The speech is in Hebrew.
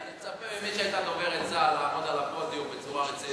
אני מצפה ממי שהיתה דוברת צה"ל לעמוד על הפודיום בצורה רצינית,